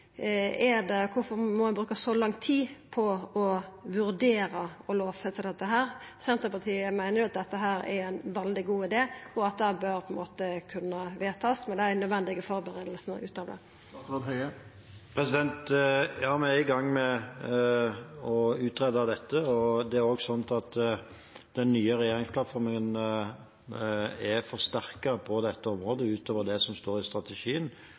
må ein bruka så lang tid på å vurdera å lovfesta dette? Senterpartiet meiner dette er ein veldig god idé, og at ein bør kunna vedta det, med dei nødvendige førebuingane. Ja, vi er i gang med å utrede dette. Den nye regjeringsplattformen er forsterket, utover det som står i strategien, på dette området. Det vil en også finne under det som er den nye likeverdsreformen. Så det å jobbe med dette har høy prioritet i